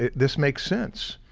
this makes sense.